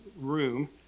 room